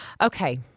Okay